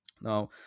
Now